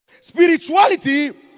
spirituality